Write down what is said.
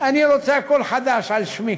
אני רוצה הכול חדש, על שמי,